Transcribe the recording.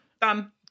Done